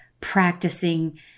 practicing